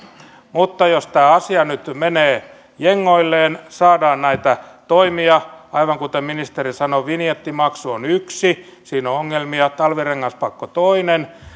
mutta jos tämä asia nyt nyt menee jengoilleen saadaan näitä toimia aivan kuten ministeri sanoi vinjettimaksu on yksi siinä on ongelmia talvirengaspakko toinen